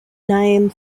name